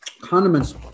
Condiments